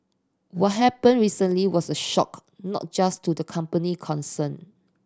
what happened recently was a shock not just to the company concerned